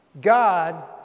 God